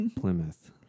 Plymouth